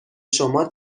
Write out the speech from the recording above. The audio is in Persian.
شما